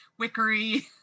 wickery